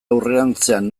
aurrerantzean